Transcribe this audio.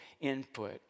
input